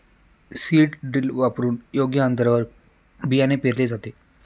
seed drill वापरून योग्य अंतरावर बियाणे पेरले जाते